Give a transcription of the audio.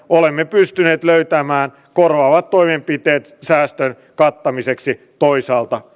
olemme pystyneet löytämään korvaavat toimenpiteet säästön kattamiseksi toisaalta